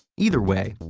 either way,